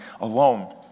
alone